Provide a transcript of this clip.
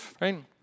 right